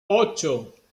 ocho